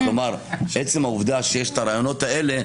עצם העובדה שיש את הרעיונות האלה,